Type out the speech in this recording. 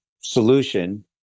solution